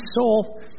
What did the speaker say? soul